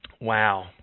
Wow